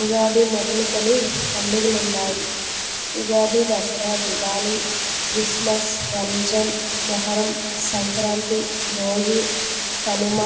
ఉగాది మొదలుకొని పండుగలు ఉన్నాయి ఉగాది దసరా దివాళీ క్రిస్మస్ రంజాన్ మొహరం సంక్రాంతి భోగి కనుమ